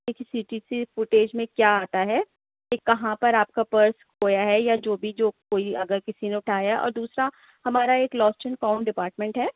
کہ C T C footage میں کیا آتا ہے کہ کہاں پر آپ کا پرس کھویا ہے یا جو بھی جو کوئی اگر کسی نے اُٹھایا اور دوسرا ہمارا ایک لاسٹ اینڈ فاؤنڈ ڈپارٹمنٹ ہے